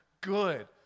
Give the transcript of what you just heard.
good